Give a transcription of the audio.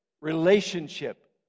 relationship